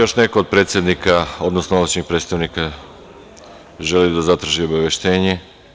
Da li još neko od predsednika, odnosno ovlašćenih predstavnika želi da zatraži obaveštenje?